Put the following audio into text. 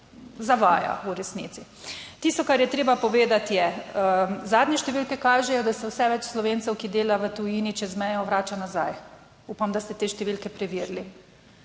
zavaja v resnici. Tisto, kar je treba povedati, je: zadnje številke kažejo, da se vse več Slovencev, ki dela v tujini, čez mejo vrača nazaj. Upam, da ste te številke preverili,